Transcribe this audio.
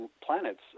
planets